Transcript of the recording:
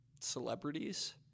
celebrities